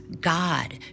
God